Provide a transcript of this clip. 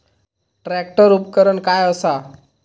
Tractor उपकरण काय असा?